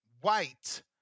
White